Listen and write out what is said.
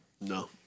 No